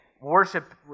worship